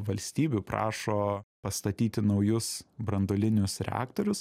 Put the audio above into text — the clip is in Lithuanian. valstybių prašo pastatyti naujus branduolinius reaktorius